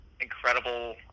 incredible